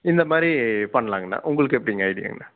இந்தமாதிரி பண்ணலாங்க அண்ணா உங்களுக்கு எப்படிங்க ஐடியாங்க அண்ணா